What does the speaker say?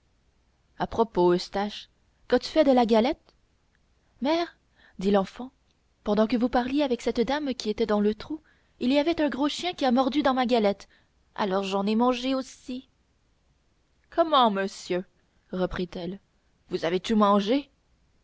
à propos eustache qu'as-tu fait de la galette mère dit l'enfant pendant que vous parliez avec cette dame qui était dans le trou il y avait un gros chien qui a mordu dans ma galette alors j'en ai mangé aussi comment monsieur reprit-elle vous avez tout mangé